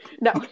No